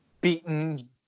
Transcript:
beaten